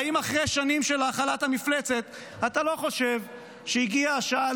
והאם אחרי שנים של האכלת המפלצת אתה לא חושב שהגיעה השעה